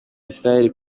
israheli